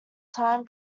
time